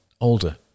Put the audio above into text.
older